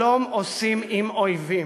שלום עושים עם אויבים.